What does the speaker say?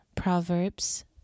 Proverbs